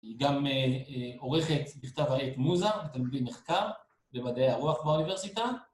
היא גם עורכת בכתב העת מוזה, תלמידי מחקר במדעי הרוח באוניברסיטה.